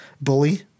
bully